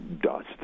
dust